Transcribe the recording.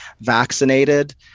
vaccinated